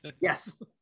Yes